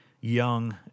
young